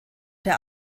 der